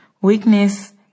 weakness